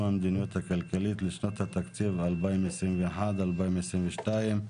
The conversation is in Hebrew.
המדיניות הכלכלית לשנות התקציב 2021 ו-2022),